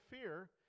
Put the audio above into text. fear